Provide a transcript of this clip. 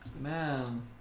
man